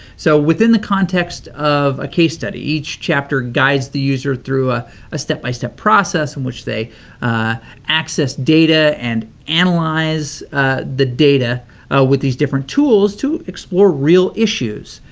so, within the context of a case study, each chapter guides the user through ah a step-by-step process in which they access data and analyze the data with these different tools to explore real issues.